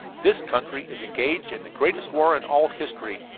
this country is engaged in the greatest war in all history.